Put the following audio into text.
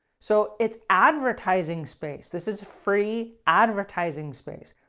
so it's advertising space. this is free advertising space.